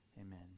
Amen